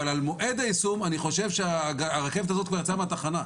אבל אני חושב שעל מועד היישום הרכבת הזאת יצאה מהתחנה,